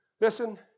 Listen